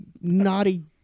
naughty